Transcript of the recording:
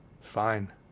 Fine